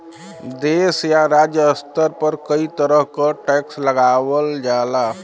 देश या राज्य स्तर पर कई तरह क टैक्स लगावल जाला